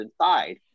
inside